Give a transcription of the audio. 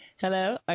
Hello